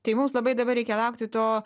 tai mums labai dabar reikia laukti to